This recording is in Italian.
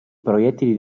proiettili